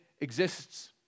exists